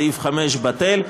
סעיף 5 בטל,